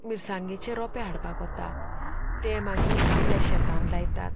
मिरसांगेचे रोंपे हाडपाक वतात ते मागीर आपल्या शेतांत लायतात